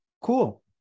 cool